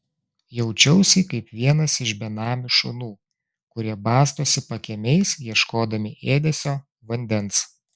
jaučiausi kaip vienas iš benamių šunų kurie bastosi pakiemiais ieškodami ėdesio vandens